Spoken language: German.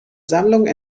sammlung